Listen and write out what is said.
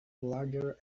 larger